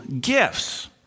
gifts